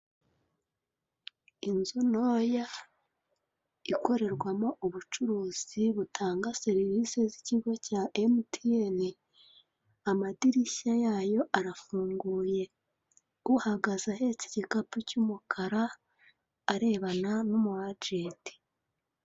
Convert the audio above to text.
Inzu ntoya ikorerwamo ubucuruzi butanga serivise z'ikigo cya emutiyeni, amadirishya yayo arafunguye; uhagaze ahetse igikapu cy'umukara arebana n'umu ajenti.